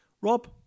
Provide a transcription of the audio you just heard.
Rob